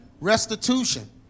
restitution